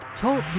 Talk